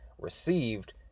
received